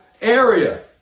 area